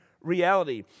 reality